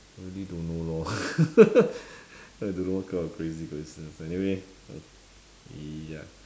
really don't know lor I don't know what kind of crazy coincidence anyway ya